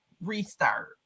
restart